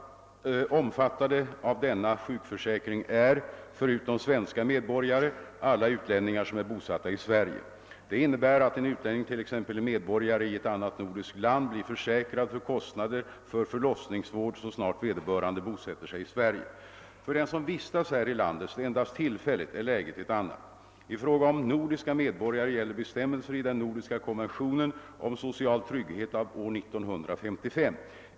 Omfattade av denna sjukförsäkring är — förutom svenska medborgare — alla utlänningar som är bosatta i Sverige. Det innebär att en utlänning, t.ex. en medborgare i annat nordiskt land, blir försäkrad för kostnader för = förlossningsvård så snart vederbörande bosätter sig i Sverige. För den som vistas här i landet endast tillfälligt är läget ett annat. I fråga om nordiska medborgare gäller bestämmelser i den nordiska konventionen om social trygghet av år 1955.